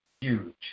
Huge